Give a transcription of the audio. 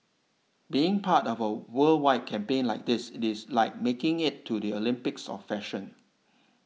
being part of a worldwide campaign like this it is like making it to the Olympics of fashion